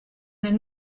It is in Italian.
nel